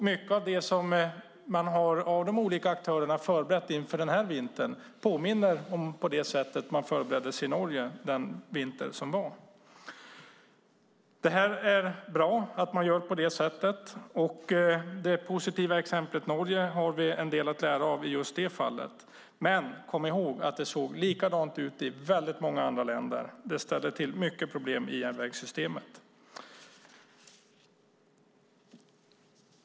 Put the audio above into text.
Mycket av det som de olika aktörerna har förberett inför denna vinter påminner om det sätt på vilket man förberedde sig i Norge under den gångna vintern. Det är bra att man gör på det sättet. Det positiva exemplet Norge har vi en del att lära av i just detta fall. Men kom ihåg att det såg likadant ut i många andra länder! Vädret ställde till mycket problem i järnvägssystemet.